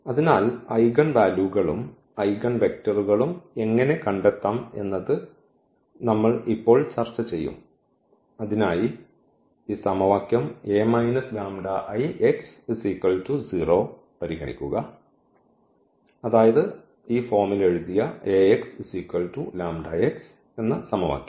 അതിനാൽ ഐഗൺ വാല്യൂകളും ഐഗൺവെക്ടറുകളും എങ്ങനെ കണ്ടെത്താം എന്നത് നമ്മൾ ഇപ്പോൾ ചർച്ച ചെയ്യും അതിനായി ഈ സമവാക്യം പരിഗണിക്കുക അതായത് ഈ ഫോമിൽ എഴുതിയ Ax λx സമവാക്യം